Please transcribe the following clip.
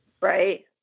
Right